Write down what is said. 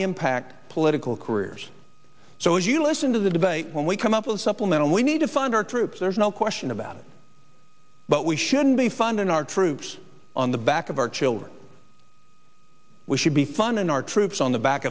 impact political careers so if you listen to the debate when we come up with a supplemental we need to fund our troops there's no question about it but we shouldn't be funding our troops on the back of our children we should be fun and our troops on the back